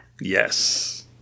Yes